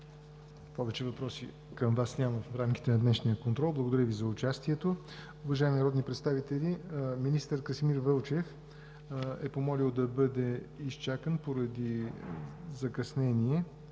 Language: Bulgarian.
Повече въпроси към Вас няма в рамките на днешния контрол. Благодаря Ви за участието. Уважаеми народни представители, министър Красимир Вълчев е помолил да бъде изчакан поради закъснение